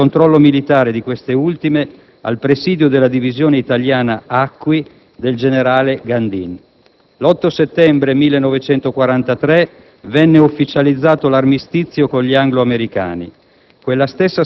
affidando il controllo militare di queste ultime al presidio della Divisione italiana Acqui del generale Gandin. L'8 settembre 1943 venne ufficializzato l'armistizio con gli anglo-americani.